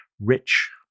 rich